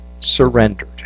surrendered